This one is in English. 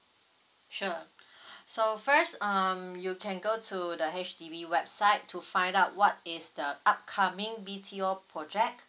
sure so first um you can go to the H_D_B website to find out what is the upcoming B_T_O project